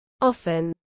often